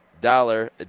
Dollar